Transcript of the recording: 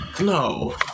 no